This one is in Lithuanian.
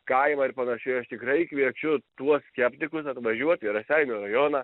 kaimą ir panašiai aš tikrai kviečiu tuos skeptikus atvažiuoti į raseinių rajoną